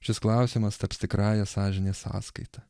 šis klausimas taps tikrąja sąžinės sąskaita